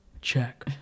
check